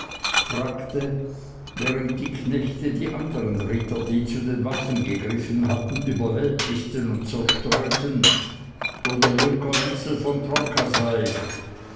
fragte während die knechte die anderen ritter die zu den waffen gegriffen hatten überwältigten und zerstreuten wo der junker wenzel von tronka sei